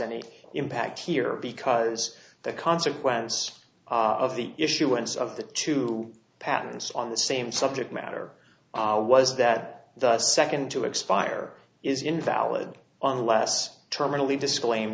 any impact here because the consequence of the issuance of the two patents on the same subject matter was that the second to expire is invalid unless terminally disclaime